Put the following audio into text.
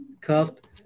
cuffed